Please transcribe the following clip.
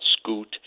scoot